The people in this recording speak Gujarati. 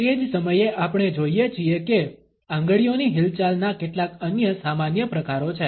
તે જ સમયે આપણે જોઈએ છીએ કે આંગળીઓની હિલચાલના કેટલાક અન્ય સામાન્ય પ્રકારો છે